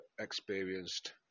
experienced